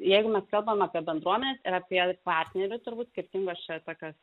jeigu mes kalbam apie bendruomenes ir apie partnerius turbūt skirtingos čia tokios